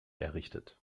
errichtet